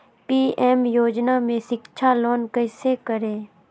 PM योजना में शिक्षा लोन कैसे करें?